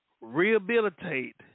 rehabilitate